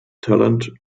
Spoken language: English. talent